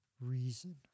reason